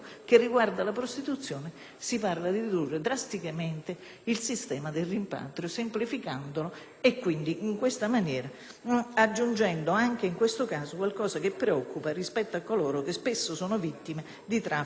quindi, aggiungendo anche in questo caso qualcosa che preoccupa rispetto a coloro che spesso sono vittime del traffico di esseri umani. Altrettanto preoccupanti sono le norme inserite